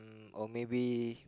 or maybe